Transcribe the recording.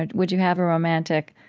ah would you have a romantic,